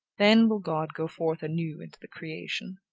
then will god go forth anew into the creation.